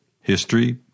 history